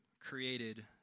created